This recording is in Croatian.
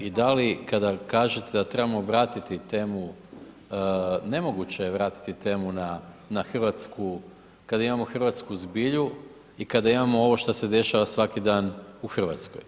I da li kada kažete da trebamo vratiti temu, nemoguće je vratiti temu na Hrvatsku kada imamo hrvatsku zbilju i kada imamo ovo što se dešava svaki dan u Hrvatskoj.